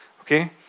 Okay